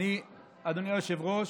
אדוני היושב-ראש,